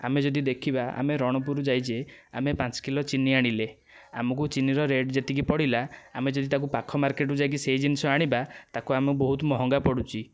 ଆମେ ଯଦି ଦେଖିବା ଆମେ ରଣପୁର ଯାଇଛେ ଆମେ ପାଞ୍ଚ କିଲୋ ଚିନି ଆଣିଲେ ଆମକୁ ଚିନିର ରେଟ ଯେତିକି ପଡ଼ିଲା ଆମେ ଯଦି ତାକୁ ପାଖ ମାର୍କେଟରୁ ଯାଇକି ସେଇ ଜିନିଷ ଆଣିବା ତାକୁ ଆମ ବହୁତ ମହଙ୍ଗା ପଡ଼ୁଛି